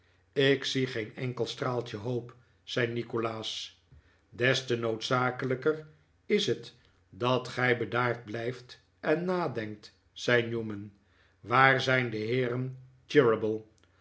ik zie geen enkel straaltje hoop zei nikolaas des te noodzakelijker is het dat gij bedaard blijft en nadenkt zei newman waar zijn de heeren